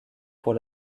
pour